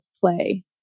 play